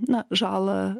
na žalą